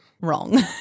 wrong